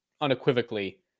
unequivocally